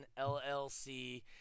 LLC